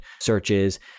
searches